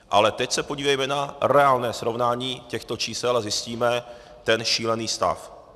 Ale teď se podívejme na reálné srovnání těchto čísel a zjistíme ten šílený stav.